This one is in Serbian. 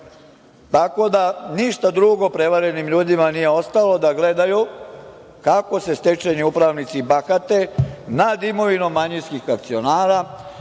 Tako da ništa drugo prevarenim ljudima nije ostalo do da gledaju kako se stečajni upravnici bahate nad imovinom manjinskih akcionara,